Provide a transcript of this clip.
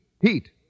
Heat